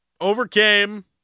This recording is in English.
overcame